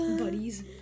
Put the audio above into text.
Buddies